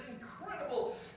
incredible